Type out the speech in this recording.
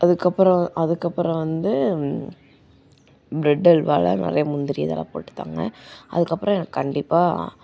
அதுக்கப்புறம் அதுக்கப்புறம் வந்து ப்ரெட் அல்வாவில் நிறைய முந்திரி இதெல்லாம் போட்டு தாங்க அதுக்கப்புறம் எனக்கு கண்டிப்பாக